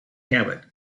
habit